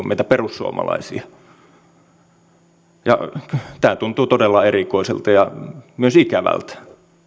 meitä perussuomalaisia tämä tuntuu todella erikoiselta ja myös ikävältä